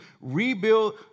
rebuild